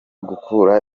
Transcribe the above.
kugura